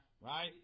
Right